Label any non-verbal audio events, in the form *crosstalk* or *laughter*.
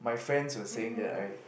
*breath* mmhmm